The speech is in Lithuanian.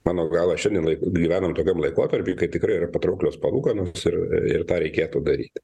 mano gala šiandien laiku gyvenam tokiam laikotarpy kai tikrai yra patrauklios palūkanoms ir ir tą reikėtų daryti